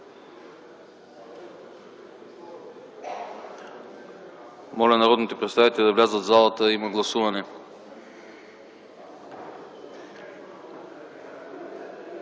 Моля народните представители да влязат в залата – има гласуване!